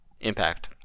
Impact